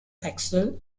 axle